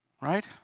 Right